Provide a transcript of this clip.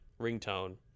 Ringtone